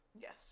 Yes